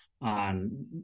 on